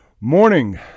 morning